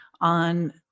on